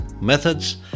methods